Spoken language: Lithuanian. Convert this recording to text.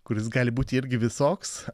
kuris gali būti irgi visoks